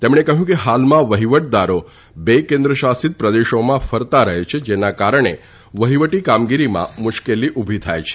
તેમણે કહયું કે હાલમાં વહીવટદારો બે કેન્દ્ર શાસિત પ્રદેશોમાં ફરતા રહે છે જેના કારણે વહીવટી કામગીરીમાં મુશ્કેલી ઉભી થાય છે